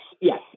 yes